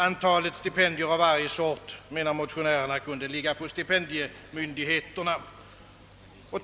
De anser, att det kan ligga på stipendiemyndigheterna att bestämma om antalet stipendier av varje slag.